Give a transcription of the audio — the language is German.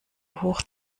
hoch